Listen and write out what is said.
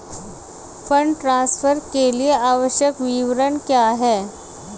Fund transfer के लिए आवश्यक विवरण क्या हैं?